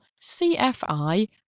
cfi